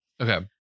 Okay